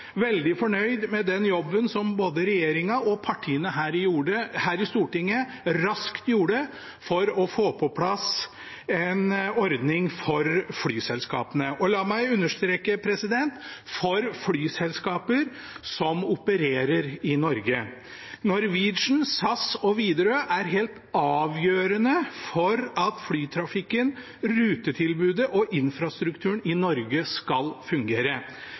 veldig fornøyd med den jobben som både regjeringen og partiene her i Stortinget raskt gjorde for å få på plass en ordning for flyselskapene – og la meg understreke: for flyselskaper som opererer i Norge. Norwegian, SAS og Widerøe er helt avgjørende for at flytrafikken, rutetilbudet og infrastrukturen i Norge skal fungere.